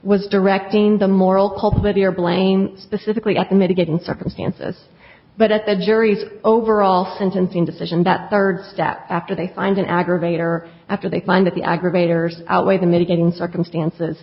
was directing the moral culpability or blame specifically at mitigating circumstances but at the jury's overall sentencing decision that third step after they find an aggravator after they find that the aggravators outweigh the mitigating circumstances